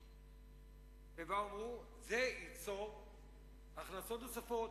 הלאומי, ואמרו: זה ייצור הכנסות נוספות.